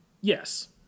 Yes